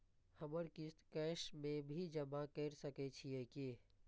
हमर किस्त कैश में भी जमा कैर सकै छीयै की?